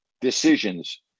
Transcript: decisions